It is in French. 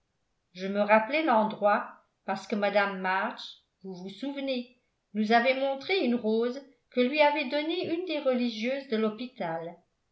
je me rappelais l'endroit parce que mme march vous vous souvenez nous avait montré une rose que lui avait donnée une des religieuses de l'hôpital